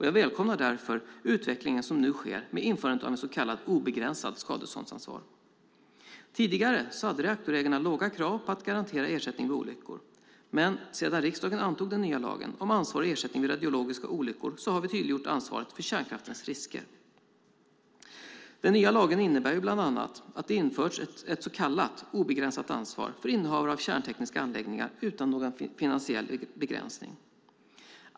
Jag välkomnar därför den utveckling som nu sker med införandet av ett så kallat obegränsat skadeståndsansvar. Tidigare hade reaktorägarna låga krav på att garantera ersättning vid olyckor, men sedan riksdagen antog den nya lagen om ansvar och ersättning vid radiologiska olyckor har vi tydliggjort ansvaret för kärnkraftens risker. Den nya lagen innebär bland annat att det har införts ett så kallat obegränsat ansvar för innehavare av kärntekniska anläggningar, utan någon finansiell begränsning.